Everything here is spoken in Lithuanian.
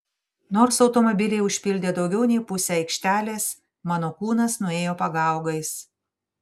nors automobiliai užpildė daugiau nei pusę aikštelės mano kūnas nuėjo pagaugais